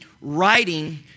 writing